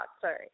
Sorry